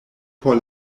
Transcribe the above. por